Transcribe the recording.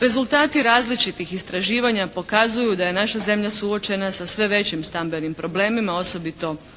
Rezultati različitih istraživanja pokazuju da je naša zemlja suočena sa sve većim stambenim problemima osobito u